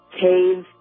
Cave